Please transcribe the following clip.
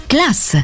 Class